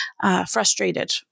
frustrated